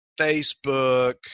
Facebook